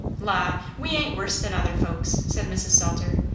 la! we ain't worse than other folks, said mrs. salter.